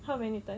how many times